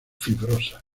fibrosas